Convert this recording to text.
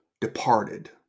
departed